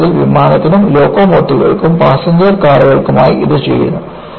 വാസ്തവത്തിൽ വിമാനത്തിനും ലോക്കോമോട്ടീവുകൾക്കും പാസഞ്ചർ കാറുകൾക്കുമായി ഇത് ചെയ്യുന്നു